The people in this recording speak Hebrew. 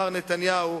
מר נתניהו,